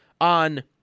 on